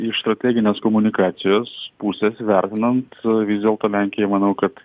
iš strateginės komunikacijos pusės vertinant vis dėlto lenkija manau kad